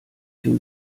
den